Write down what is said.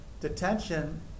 detention